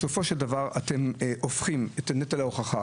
בסופו של דבר, אתם הופכים את נטל ההוכחה